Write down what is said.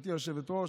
גברתי היושבת-ראש,